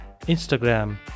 instagram